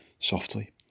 Softly